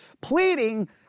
pleading